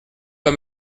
pas